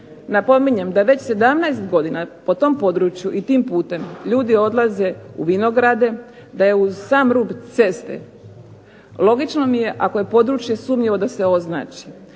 Napominjem da već 17 godina, po tom području i tim putem ljudi odlaze u vinograde, da je uz sam rub ceste logično mi je ako je područje sumnjivo da se označi,